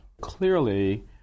Clearly